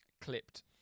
clipped